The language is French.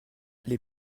les